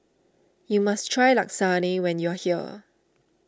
you must try Lasagne when you are here